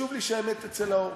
חשוב לי שהאמת תצא לאור.